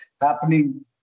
happening